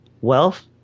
wealth